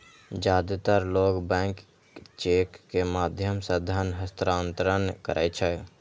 जादेतर लोग bank cheque के माध्यम सं धन हस्तांतरण करै छै